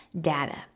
data